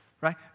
right